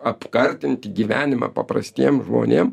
apkartinti gyvenimą paprastiem žmonėm